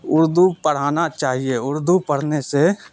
اردو پڑھانا چاہیے اردو پڑھنے سے